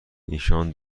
ایشان